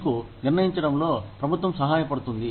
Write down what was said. మీకు నిర్ణయించడంలో ప్రభుత్వం సహాయపడుతుంది